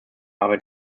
arbeit